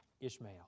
Ishmael